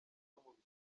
afurika